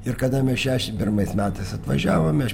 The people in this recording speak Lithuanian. ir kada mes šešiasdešimt pirmais metais atvažiavome